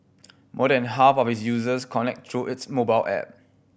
more than half of its users connect through its mobile app